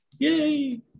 Yay